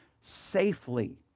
safely